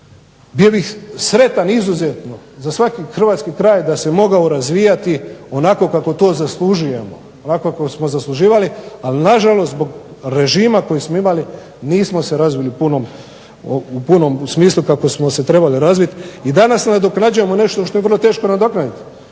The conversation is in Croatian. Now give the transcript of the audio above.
Bio bih sretan izuzetno za svaki hrvatski kraj da se mogao razvijati onako kako to zaslužujemo, onako kako smo zasluživali. Ali nažalost, zbog režima koji smo imali nismo se razvili u punom smislu kako smo se trebali razviti i danas nadoknađujemo nešto što je vrlo teško nadoknaditi